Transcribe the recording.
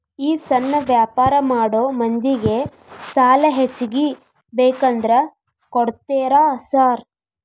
ಈ ಸಣ್ಣ ವ್ಯಾಪಾರ ಮಾಡೋ ಮಂದಿಗೆ ಸಾಲ ಹೆಚ್ಚಿಗಿ ಬೇಕಂದ್ರ ಕೊಡ್ತೇರಾ ಸಾರ್?